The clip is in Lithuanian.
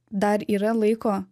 dar yra laiko